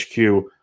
HQ